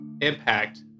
impact